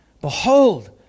Behold